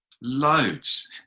loads